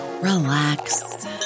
relax